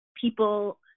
people